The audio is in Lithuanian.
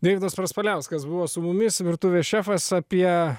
deividas praspaliauskas buvo su mumis virtuvės šefas apie